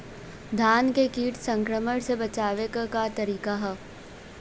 धान के कीट संक्रमण से बचावे क का तरीका ह?